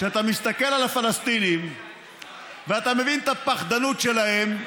כשאתה מסתכל על הפלסטינים ואתה מבין את הפחדנות שלהם,